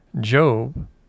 Job